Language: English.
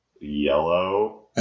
Yellow